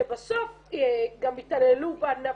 שבסוף גם התעללו בה נפשית,